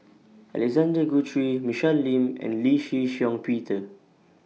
Alexander Guthrie Michelle Lim and Lee Shih Shiong Peter